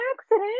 accident